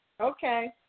Okay